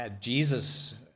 Jesus